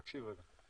תקשיב רגע.